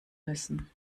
müssen